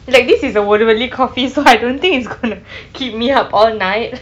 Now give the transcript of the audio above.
like this is a ஒரு வெள்ளி:oru velli coffee so I don't think it's going to keep me up all night